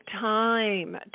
time